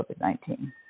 COVID-19